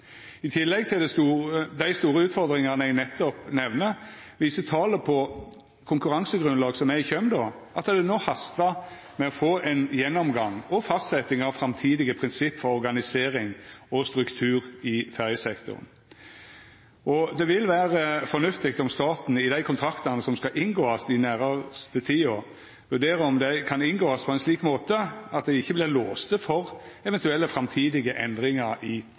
I tillegg til dei store utfordringane eg nettopp har nemnt, viser talet på konkurransegrunnlag som er i kjømda, at det no hastar med å få ein gjennomgang og fastsetjing av framtidige prinsipp for organisering og struktur i ferjesektoren. Det vil vera fornuftig om staten i dei kontraktane som skal inngåast i den nærmaste tida, vurderer om dei kan inngåast på ein slik måte at dei ikkje vert låste for eventuelle framtidige endringar i